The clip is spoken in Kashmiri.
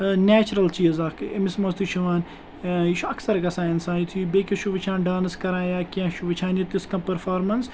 نٮ۪چرَل چیٖز اَکھ أمِس منٛز تہِ چھُ یِوان یہِ چھُ اَکثَر گژھان اِنسان یُتھُے یہِ بٮ۪کِس چھُ وٕچھان ڈانٕس کَران یا کینٛہہ چھُ وٕچھان یہِ تِژھ کانٛہہ پٔرفارمٮ۪نٕس